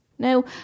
No